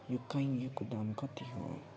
यो काइयोको दाम कति हो